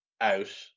out